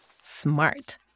Smart